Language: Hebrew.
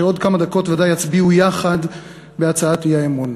שעוד כמה דקות ודאי יצביעו יחד בהצעת האי-אמון?